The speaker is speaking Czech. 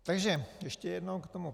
Takže ještě jednou k tomu.